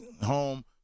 home